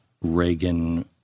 Reagan